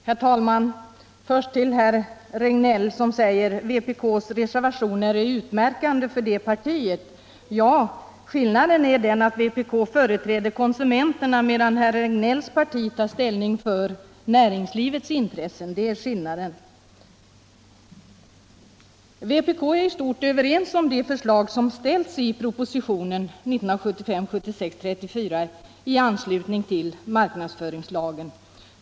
Herr talman! Först vill jag vända mig till herr Regnéll, som säger att vpk:s reservationer är utmärkande för det partiet. Ja, skillnaden är den att vpk företräder konsumenterna medan herr Regnélls parti tar ställning för näringslivets intressen. Vpk är i stort överens om de förslag som framställts i propositionen 1975/76:34 i anslutning till marknadsföringslagen.